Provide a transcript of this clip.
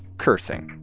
cursing.